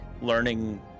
learning